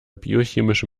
biochemische